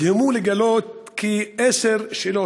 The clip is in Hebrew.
דוגמת חברת הכנסת ציפי לבני,